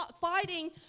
fighting